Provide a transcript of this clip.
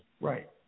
Right